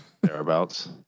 Thereabouts